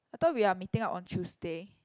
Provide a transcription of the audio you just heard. I thought we are meeting up on Tuesday